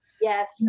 Yes